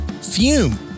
Fume